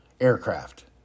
aircraft